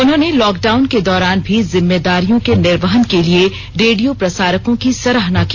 उन्होंने लॉकडाउन के दौरान भी जिम्मेदारियों के निर्वहन के लिए रेडियो प्रसारकों की सराहना की